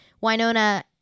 Winona